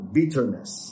bitterness